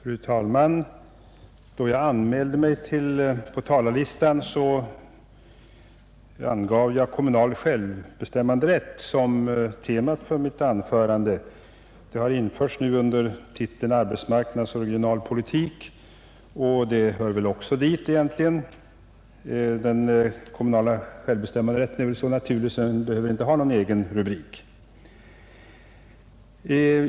Fru talman! Då jag anmälde mig på talarlistan angav jag kommunal självbestämmanderätt såsom tema för mitt anförande. Detta har nu upptagits under rubriken ”Arbetsmarknadsoch regionalpolitik”, och dit hör väl också egentligen mitt ämne. Den kommunala självbestämmanderätten är så naturlig, att den inte behöver någon egen rubrik.